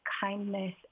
kindness